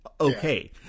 Okay